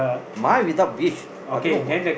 my without beach I don't know why